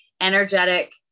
energetic